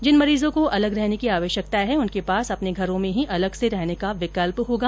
जिन मरीजों को अलग रहने की आवश्यकता है उनके पास अपने घरों में ही अलग से रहने का विकल्प होगा